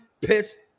pissed